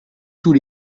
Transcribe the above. tous